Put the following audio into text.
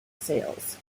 sales